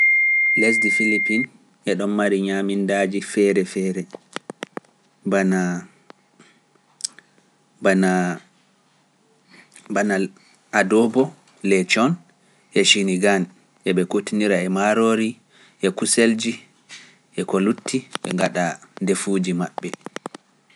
Lesdi Kolombiya ka e ɗon mari defuuji ɗuuɗɗi. Bana Bandeja, Paysa, Sanchocho, e Epanaadas. E ɓe kutinira e maaroori, e ñebbe, e dankali, e ko nandi e noon.